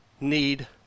need